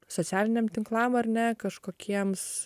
socialiniam tinklam ar ne kažkokiems